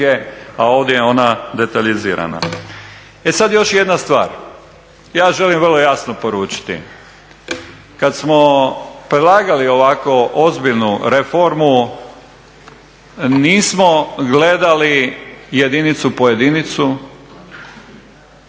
a ovdje je ona detaljizirana. E sad još jedna stvar. Ja želim vrlo jasno poručiti. Kad smo predlagali ovako ozbiljnu reformu nismo gledali jedinicu po jedinicu,